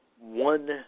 one